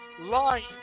lying